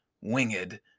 winged